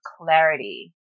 clarity